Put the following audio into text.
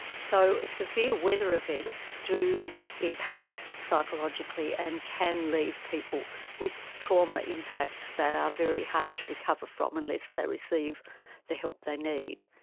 so, severe weather events do impact psychologically and can leave people with trauma impacts that are very hard to recover from unless they receive the help they need.